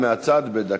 מה היה פה?